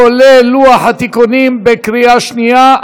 כולל לוח התיקונים, בקריאה שנייה.